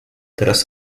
teraz